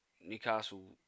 Newcastle